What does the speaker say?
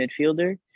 midfielder